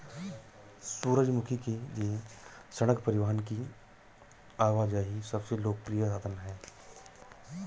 सूरजमुखी के लिए सड़क परिवहन की आवाजाही सबसे लोकप्रिय साधन है